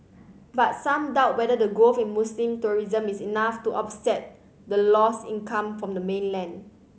but some doubt whether the growth in Muslim tourism is enough to offset the lost income from the mainland